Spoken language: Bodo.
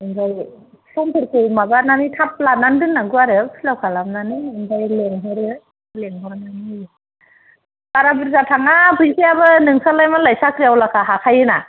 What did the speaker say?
ओमफ्राय फर्मफोरखौ माबानानै थाब लानानै दोननांगौ आरो फिलाप खालामनानै ओमफ्राय लेंहरो लेंहरनानै होयो बारा बुर्जा थाङा फैसायाबो नोंस्रालाइ मालाय साख्रि आवलाखा हाखायोना